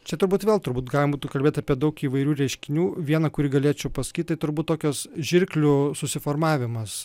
čia turbūt vėl turbūt galima kalbėt apie daug įvairių reiškinių vieną kurį galėčiau pasakyt tai turbūt tokios žirklių susiformavimas